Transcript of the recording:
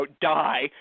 die